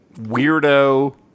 weirdo